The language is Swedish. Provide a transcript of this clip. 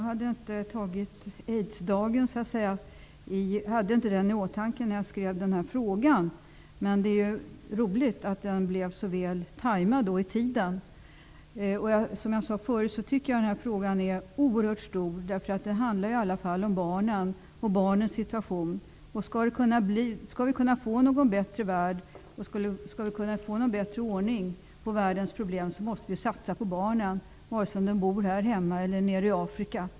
Herr talman! Jag hade inte Aidsdagen i åtanke när jag skrev den här frågan. Det var roligt att den kom så rätt i tiden. Som jag sade förut tycker jag att den här frågan är oerhört stor. Den handlar i alla fall om barnen och deras situation. Skall vi kunna få någon bättre värld, någon bättre ordning på världens problem, måste vi satsa på barnen, vare sig de bor här hemma eller nere i Afrika.